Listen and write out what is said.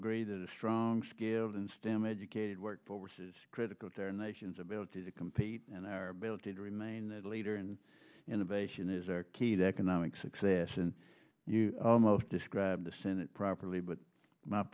agree that a strong scaled and stem educated workforce is critical to our nation's ability to compete and our ability to remain a leader and innovation is our key to economic success and you almost described the senate properly but my